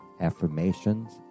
affirmations